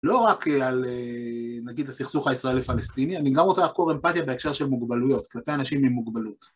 לא רק על, נגיד, הסכסוך הישראלי-פלסטיני, אני גם רוצה לחקור אמפתיה בהקשר של מוגבלויות, כלפי אנשים עם מוגבלות.